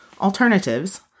alternatives